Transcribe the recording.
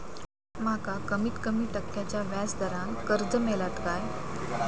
माका कमीत कमी टक्क्याच्या व्याज दरान कर्ज मेलात काय?